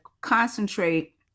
concentrate